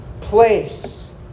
place